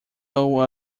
owe